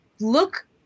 look